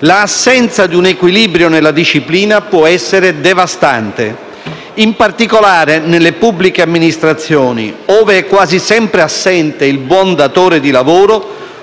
L'assenza di un equilibrio nella disciplina può essere devastante. In particolare nelle pubbliche amministrazioni, ove è quasi sempre assente il buon datore di lavoro,